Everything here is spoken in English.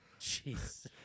Jeez